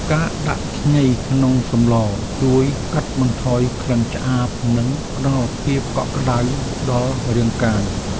ការដាក់ខ្ញីក្នុងសម្ល ជួយកាត់បន្ថយក្លិនឆ្អាប និងផ្តល់ភាពកក់ក្តៅដល់រាងកាយ។